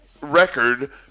record